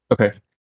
Okay